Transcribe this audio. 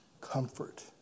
comfort